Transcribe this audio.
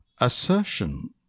Assertion